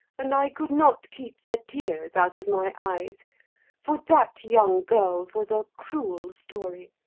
and i could not keep the tears out of my eyes for, that young girl's was a cruel story,